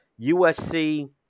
USC